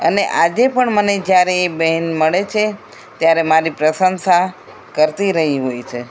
અને આજે પણ મને જ્યારે એ બહેન મળે છે ત્યારે મારી પ્રશંસા કરી રહી હોય છે